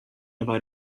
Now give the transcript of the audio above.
about